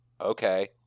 okay